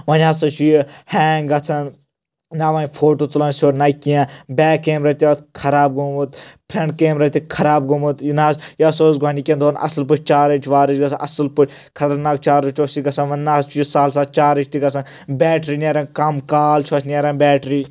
وۄنۍ ہَسا چھُ یہِ ہَینٛگ گژھان نَہ وۄنۍ فوٹو تُلَان سیوٚد نہ کینٛہہ بَیک کَیٚمرا تہِ اَتھ خراب گوٚمُت فرنٛٹ کَیٚمرا تہِ خراب گوٚمُت یہِ نہ حظ یہِ ہسا اوس گۄڈٕنِکؠن دۄہَن اَصٕل پٲٹھۍ چارٕج وارٕج گژھان اَصٕل پٲٹھۍ خطرناک چارٕج اوس یہِ گژھَان وۄنۍ نہ حظ چھُ یہِ سَہَل سَہَل چارٕج تہِ گژھان بَیٹرِی نَیٚرَان کم کال چھُ اتھ نَیٚرَان بَیٚٹرِی